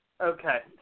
Okay